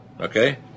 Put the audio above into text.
Okay